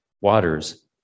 waters